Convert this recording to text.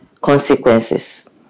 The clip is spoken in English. consequences